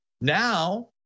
Now